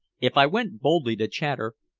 if i went boldly to chater,